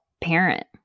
parent